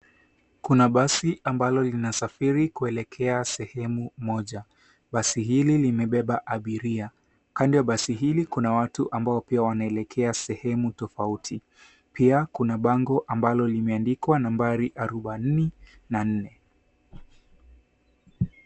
Kuna basi ambalo linasarifi kuelekea sehemu moja. Basi hili limebeba abiria. Kando ya basi hili kuna watu ambao pia wanaelekea sehemu tofauti. Pia kuna bango ambalo limeandikwa 48.